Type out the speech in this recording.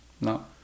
No